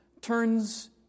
turns